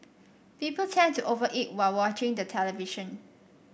people tend to over eat while watching the television